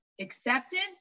acceptance